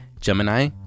Gemini